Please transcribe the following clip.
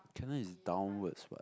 Canon is downwards what